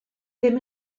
ddim